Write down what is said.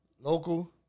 local